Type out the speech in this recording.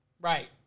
Right